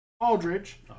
Aldridge